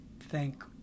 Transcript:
thank